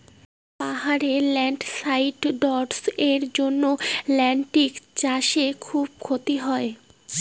পাহাড়ে ল্যান্ডস্লাইডস্ এর জন্য লেনটিল্স চাষে খুব ক্ষতি হয়